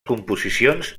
composicions